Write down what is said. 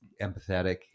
empathetic